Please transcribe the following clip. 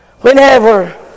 Whenever